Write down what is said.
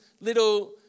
little